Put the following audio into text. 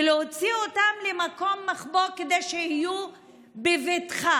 להוציא אותם למקום מחבוא כדי שיחיו בבטחה.